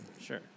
Sure